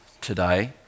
today